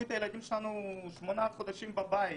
השאירו את הילדים שלנו שמונה חודשים בבית.